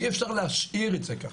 אי אפשר להשאיר את זה ככה.